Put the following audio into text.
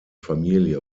familie